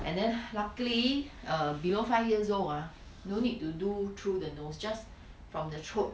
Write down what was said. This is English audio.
and then luckily err below five years old ah no need to do through the nose just from the throat